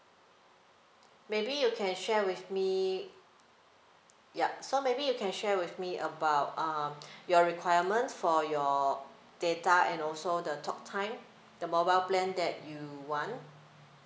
maybe you can share with me yup so maybe you can share with me about um your requirement for your data and also the talk time the mobile plan that you want